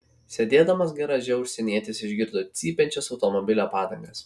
sėdėdamas garaže užsienietis išgirdo cypiančias automobilio padangas